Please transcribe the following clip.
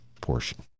portion